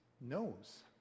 knows